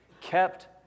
kept